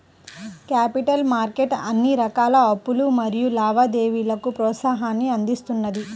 capital market అన్ని రకాల అప్పులు మరియు లావాదేవీలకు ప్రోత్సాహాన్ని అందిస్తున్నది